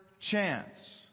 chance